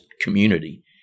community